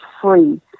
free